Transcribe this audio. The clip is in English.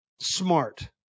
smart